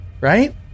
Right